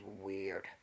weird